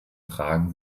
fragen